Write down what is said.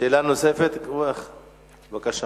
שאלה נוספת, בבקשה.